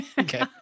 Okay